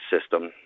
system